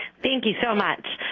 thank you so much,